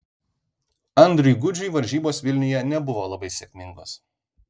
andriui gudžiui varžybos vilniuje nebuvo labai sėkmingos